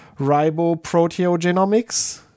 riboproteogenomics